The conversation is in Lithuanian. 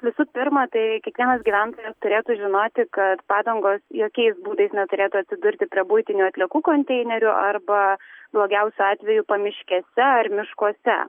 visų pirma tai kiekvienas gyventojas turėtų žinoti kad padangos jokiais būdais neturėtų atsidurti prie buitinių atliekų konteinerių arba blogiausiu atveju pamiškėse ar miškuose